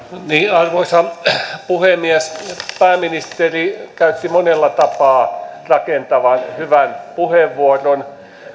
arvoisa puhemies pääministeri käytti monella tapaa rakentavan hyvän puheenvuoron